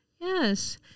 Yes